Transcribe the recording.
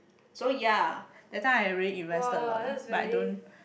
so ya that time I really invested a lot lah but I don't